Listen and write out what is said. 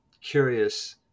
curious